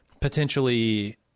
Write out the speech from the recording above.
potentially